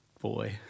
boy